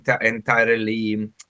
entirely